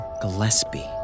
Gillespie